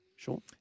Sure